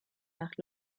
nach